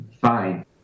fine